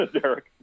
Derek